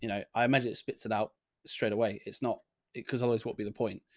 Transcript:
you know i imagine it spits it out straight away. it's not because always won't be the point.